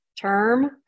term